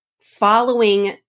following